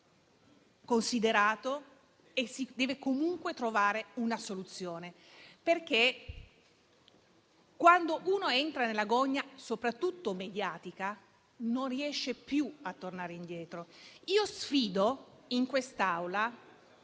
considerato e si deve comunque trovare una soluzione. Quando si entra nella gogna, soprattutto mediatica, non si riesce più a tornare indietro. Io sfido chiunque in quest'Aula